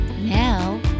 Now